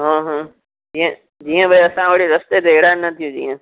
हा हा इअं जीअं भई असां वरी रस्ते ते हैरानु न थियूं जीअं